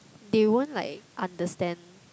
they won't like understand